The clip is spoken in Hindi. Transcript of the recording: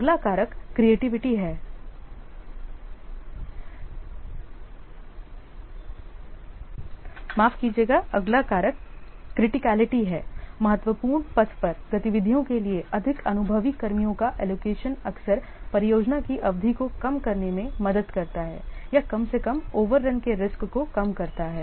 अगला कारक क्रिटीकेलिटी है महत्वपूर्ण पथ पर गतिविधियों के लिए अधिक अनुभवी कर्मियों का एलोकेशन अक्सर परियोजना की अवधि को कम करने में मदद करता है या कम से कम ओवररन के रीस्क को कम करता है